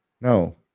No